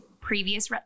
previous